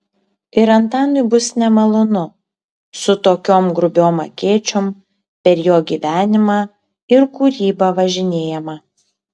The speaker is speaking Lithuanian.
ir antanui bus nemalonu su tokiom grubiom akėčiom per jo gyvenimą ir kūrybą važinėjama